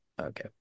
Okay